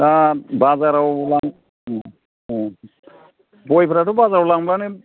दा बाजाराव गयफ्राथ' बाजाराव लांबानो